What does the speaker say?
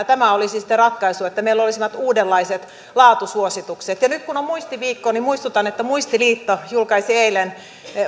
tämä olisi sitten ratkaisu että meillä olisi uudenlaiset laatusuositukset ja nyt kun on muistiviikko niin muistutan että muistiliitto julkaisi eilen